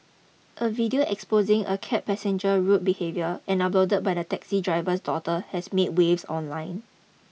a video exposing a cab passenger rude behaviour and uploaded by the taxi driver's daughter has made waves online